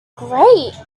great